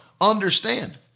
understand